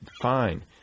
fine